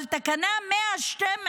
אבל את תקנה 112,